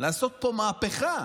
לעשות פה מהפכה.